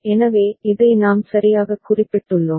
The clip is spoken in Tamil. எனவே இதை நாம் சரியாகக் குறிப்பிட்டுள்ளோம்